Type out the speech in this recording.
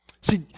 see